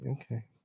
okay